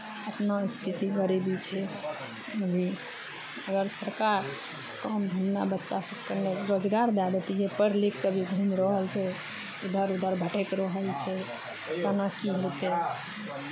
अपनो स्थिति गरीबी छै अभी अगर सरकार तऽ हमरा बच्चासभ रोज रोजगार दए दैतियै पढ़ि लिखि कऽ भी घूमि रहल छै इधर उधर भटकि रहल छै केना की हेतै